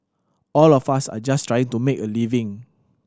all of us are just trying to make a living